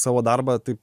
savo darbą taip